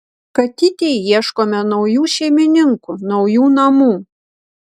katytei ieškome naujų šeimininkų naujų namų